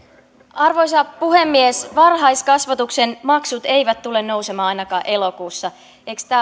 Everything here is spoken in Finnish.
arvoisa puhemies varhaiskasvatuksen maksut eivät tule nousemaan ainakaan elokuussa eikö